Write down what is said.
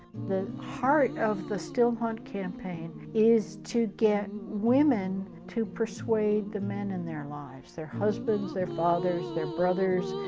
the heart of the still hunt campaign, is to get women to persuade the men in their lives, their husbands, their fathers, their brothers,